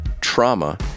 trauma